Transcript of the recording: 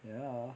ah ya